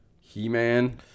He-Man